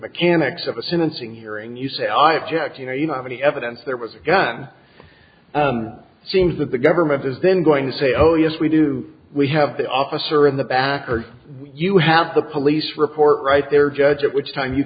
mechanics of a syncing hearing you say i object you know you have any evidence there was a gun it seems that the government is then going to say oh yes we do we have the officer in the back or you have the police report right there judge at which time you